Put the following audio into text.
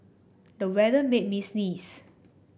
the weather made me sneeze